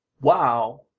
Wow